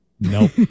Nope